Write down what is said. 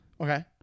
okay